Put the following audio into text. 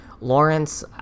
Lawrence